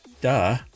duh